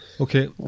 Okay